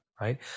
Right